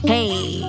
Hey